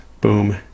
boom